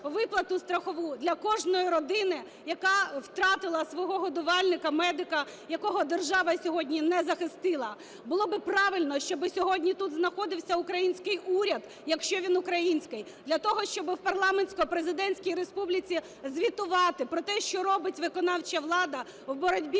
виплату для кожної родини, яка втратила свого годувальника - медика, якого держава сьогодні не захистила. Було би правильно, щоб сьогодні тут знаходився український уряд, якщо він український, для того, щоб в парламентсько-президентській республіці звітувати про те, що робить виконавча влада в боротьбі